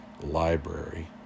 library